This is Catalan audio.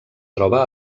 troba